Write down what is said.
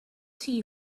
tea